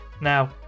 Now